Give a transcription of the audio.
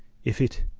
if it.